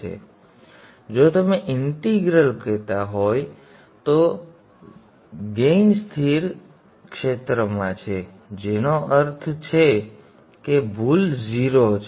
તેથી જો તમે ઇંટીગ્રલ હોવ તો ગેઇન સ્થિર ક્ષેત્રમાં છે જેનો અર્થ છે કે ભૂલ 0 છે